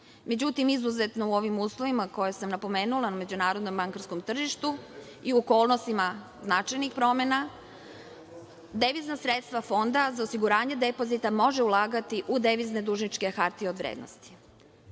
Međutim, izuzetno u ovim uslovima koje sam napomenula na međunarodnom bankarskom tržištu i u okolnostima značajnih promena, devizna sredstva Fonda za osiguranje depozita može ulagati u devizne dužničke hartije od vrednosti.